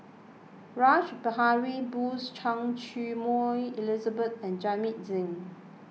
Rash Behari Bose Choy Su Moi Elizabeth and Jamit Singh